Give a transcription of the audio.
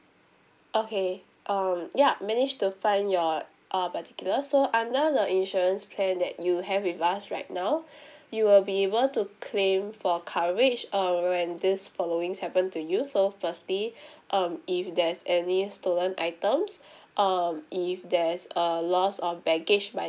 okay um ya managed to find your uh particulars so under the insurance plan that you have with us right now you will be able to claim for coverage uh when this followings happen to you so firstly um if there's any stolen items um if there's a loss of baggage by